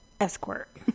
escort